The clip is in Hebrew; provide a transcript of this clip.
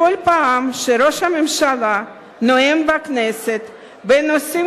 בכל פעם שראש הממשלה נואם בכנסת בנושאים